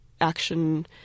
action